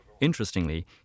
Interestingly